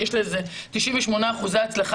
יש לזה 98 אחוזי הצלחה,